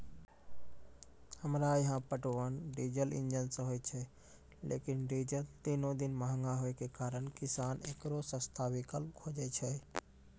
हमरा यहाँ पटवन डीजल इंजन से होय छैय लेकिन डीजल दिनों दिन महंगा होय के कारण किसान एकरो सस्ता विकल्प खोजे छैय?